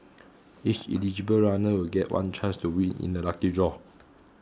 each eligible runner will get one chance to win in a lucky draw